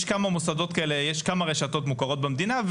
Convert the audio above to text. יש כמה רשתות מוכרות במדינה,